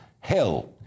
Hill